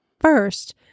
First